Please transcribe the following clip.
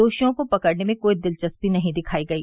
दोषियों को पकड़ने में कोई दिलचस्पी नहीं दिखाई गई